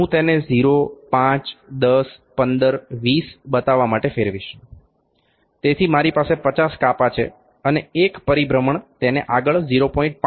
હું તેને 0 5 10 15 20 બતાવવા માટે ફેરવીશ તેથી મારી પાસે 50 કાપા છે અને એક પરિભ્રમણ તેને આગળ 0